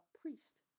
priest